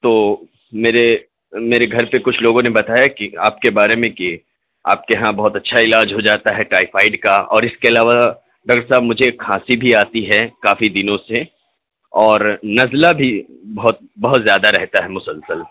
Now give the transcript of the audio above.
تو میرے میرے گھر کے کچھ لوگوں نے بتایا کہ آپ کے بارے میں کہ آپ کے یہاں بہت اچھا علاج ہو جاتا ہے ٹائیفائیڈ کا اور اس کے علاوہ ڈاکٹر صاحب مجھے کھانسی بھی آتی ہے کافی دنوں سے اورنزلہ بھی بہت بہت زیادہ رہتا ہے مسلسل